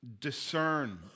discern